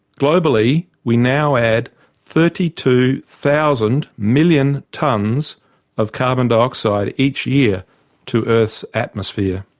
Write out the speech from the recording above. globally, we now add thirty two thousand million tonnes of carbon dioxide each year to earth's atmosphere.